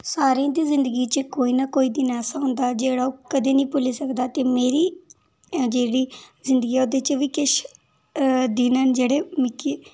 सारें दी जिंदगी च कोई ना कोई दिन ऐसा होंदा जेह्ड़ा ओह् कदें निं भुल्ली सकदा ते मेरी जेह्ड़ी जिंदगी ऐ ओह्दे च बी किश दिन न जेह्ड़े मिकी